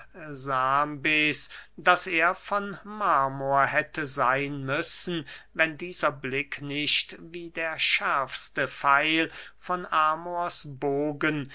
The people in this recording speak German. arasambes daß er von marmor hätte seyn müssen wenn dieser blick nicht wie der schärfste pfeil von amors bogen